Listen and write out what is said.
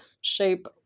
shape